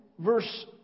verse